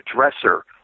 dresser